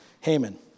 Haman